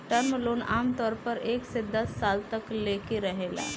term loan आमतौर पर एक से दस साल तक लेके रहेला